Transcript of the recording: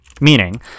Meaning